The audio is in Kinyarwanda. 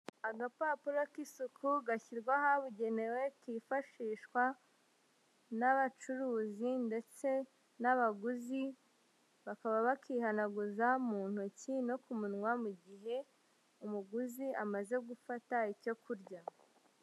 Agapapuro k'isuku gashyirwa ahabugenewe kifashishwa n'abacuruzi ndetse n'abaguzi, bakaba bakihanaguza mu ntoki no ku munwa mu gihe umuguzi amaze gufata icyo kurya.